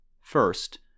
First